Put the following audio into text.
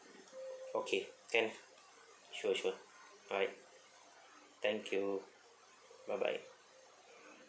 okay can sure sure alright thank you bye bye